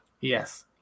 yes